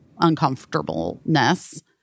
uncomfortableness